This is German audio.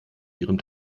ihrem